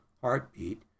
heartbeat